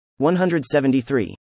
173